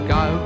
go